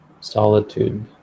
solitude